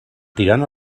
tirant